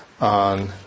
on